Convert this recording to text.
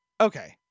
okay